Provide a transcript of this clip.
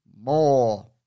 more